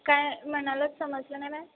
काय म्हणालात समजलं नाही मॅम